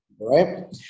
Right